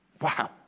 Wow